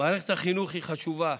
מערכת החינוך חשובה,